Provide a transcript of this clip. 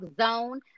zone